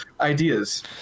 ideas